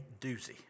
doozy